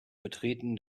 betreten